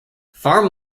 farm